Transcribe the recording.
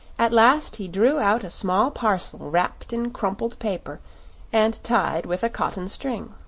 at last he drew out a small parcel wrapped in crumpled paper and tied with a cotton string.